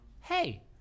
hey